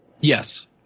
Yes